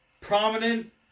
prominent